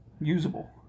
usable